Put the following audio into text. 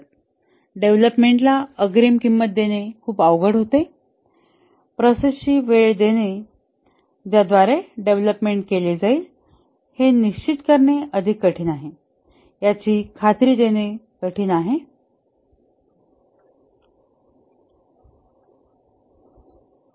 डेव्हलपमेंटला अग्रिम किंमत देणे खूप अवघड होते प्रोसेस ची वेळ देणे ज्याद्वारे डेव्हलपमेंट केले जाईल हे निश्चित करणे अधिक कठीण आहे याची खात्री देणे कठीण आहे